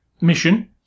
mission